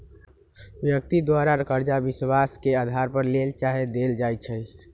व्यक्ति द्वारा करजा विश्वास के अधार पर लेल चाहे देल जाइ छइ